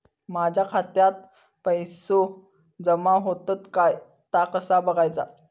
माझ्या खात्यात पैसो जमा होतत काय ता कसा बगायचा?